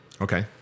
Okay